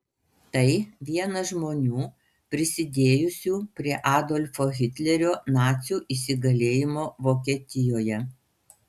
tai vienas žmonių prisidėjusių prie adolfo hitlerio nacių įsigalėjimo vokietijoje